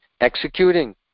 executing